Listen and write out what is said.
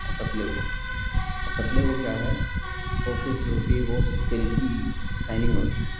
और कतले को और कतले को क्या है वह फिश जो होती है वह सिल्की शाइनिन्ग होती है